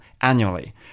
annually